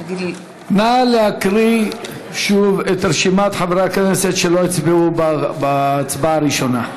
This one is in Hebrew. נא להקריא שוב את שמות חברי הכנסת שלא הצביעו בהצבעה הראשונה.